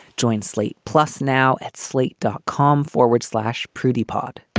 join slate plus now at slate dot com forward slash pretty part.